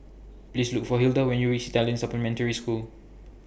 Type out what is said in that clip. Please Look For Hilda when YOU REACH Italian Supplementary School